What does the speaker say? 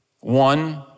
One